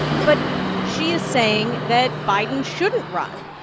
but she is saying that biden shouldn't run,